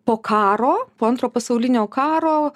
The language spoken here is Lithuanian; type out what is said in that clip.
po karo po antro pasaulinio karo